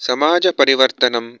समाज परिवर्तनं